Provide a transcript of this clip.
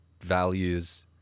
values